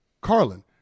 Carlin